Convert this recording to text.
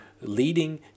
leading